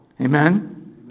Amen